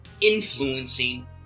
influencing